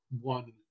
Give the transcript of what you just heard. one